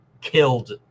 killed